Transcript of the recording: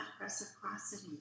reciprocity